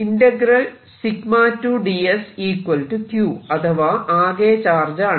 2 ds q അഥവാ ആകെ charge ആണ്